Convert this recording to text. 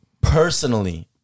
personally